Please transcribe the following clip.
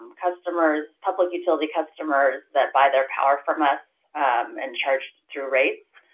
customers, public utility customers that buy their power from us and charge through rates